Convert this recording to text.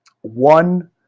One